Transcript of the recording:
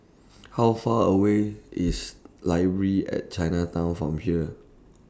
How Far away IS Library At Chinatown from here